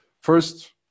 First